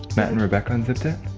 matt and rebecca unzipped it?